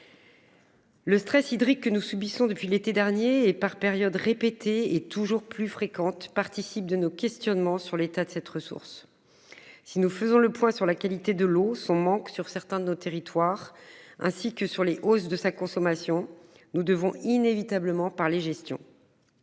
Le stress hydrique que nous subissons depuis l'été dernier et par période. Et toujours plus fréquentes participe de nos questionnements sur l'état de cette ressource. Si nous faisons le point sur la qualité de l'eau, son manque sur certains de nos territoires. Ainsi que sur les hausses de sa consommation. Nous devons inévitablement par les gestion.